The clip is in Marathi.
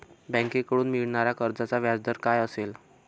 बँकेकडून मिळणाऱ्या कर्जाचा व्याजदर काय असेल?